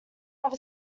have